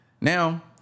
Now